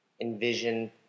envision